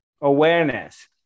awareness